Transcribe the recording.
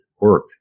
work